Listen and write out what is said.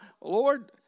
Lord